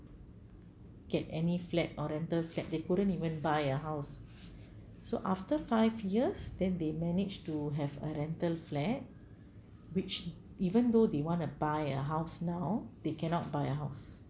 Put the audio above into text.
get any flat or rental flat they couldn't even buy a house so after five years then they managed to have a rental flat which even though they want to buy a house now they cannot buy a house